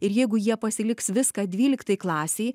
ir jeigu jie pasiliks viską dvyliktai klasei